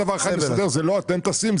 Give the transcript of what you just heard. זה לא שאנחנו טסים,